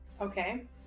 Okay